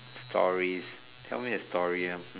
stories tell me a story ah